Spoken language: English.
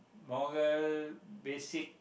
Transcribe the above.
morale basic